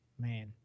Man